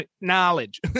Knowledge